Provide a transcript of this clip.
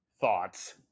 thoughts